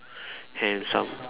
and some